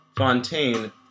Fontaine